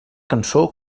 cançó